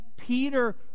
Peter